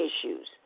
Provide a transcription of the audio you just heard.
issues